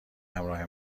همراه